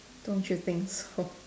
don't you think so